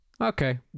Okay